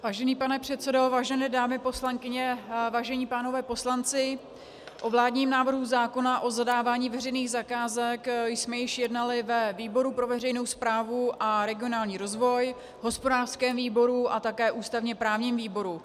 Vážený pane předsedo, vážené dámy poslankyně, vážení pánové poslanci, o vládním návrhu zákona o zadávání veřejných zakázek jsme již jednali ve výboru pro veřejnou správu a regionální rozvoj, hospodářském výboru a také ústavněprávním výboru.